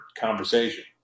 conversation